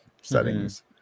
settings